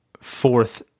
fourth